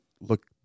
look